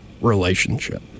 relationship